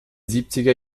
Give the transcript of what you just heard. siebziger